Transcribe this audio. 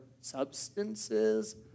substances